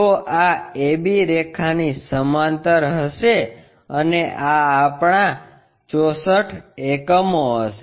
તો આ ab રેખાની સમાંતર હશે અને આ આપણા 64 એકમો હશે